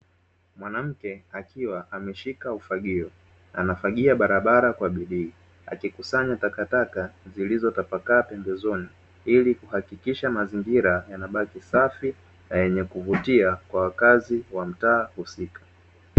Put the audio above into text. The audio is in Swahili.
Mwanamke akiwa ameshika ufagio anafagia barabara kwa bidii akikusanya takataka zilizotapakaa pembezoni, ili kuhakikisha mazingira yanabaki safi na yenye kuvutia kwa wakazi wa mtaa husika.